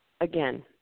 again